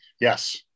Yes